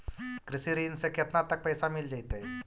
कृषि ऋण से केतना तक पैसा मिल जइतै?